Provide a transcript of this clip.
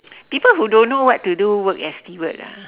people who don't know what to do work as steward ah